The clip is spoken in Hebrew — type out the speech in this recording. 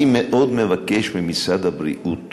אני מאוד מבקש ממשרד הבריאות